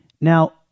Now